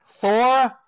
Thor